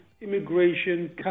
immigration